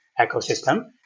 ecosystem